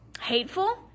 hateful